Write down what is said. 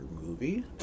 movie